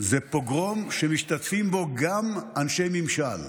זה פוגרום שמשתתפים בו גם אנשי ממשל,